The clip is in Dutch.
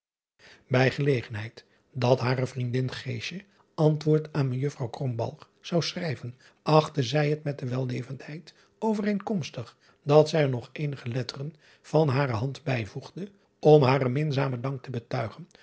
ij gelegenheid dat hare vriendin antwoord aan ejuffrouw zou schrijven achtte zij het met de wellevendheid overeenkomstig dat zij er ook eenige letteren van hare hand bijvoegde om haar minzamen dank te betuigen